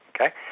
Okay